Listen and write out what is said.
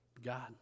God